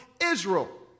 Israel